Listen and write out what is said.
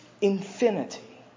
infinity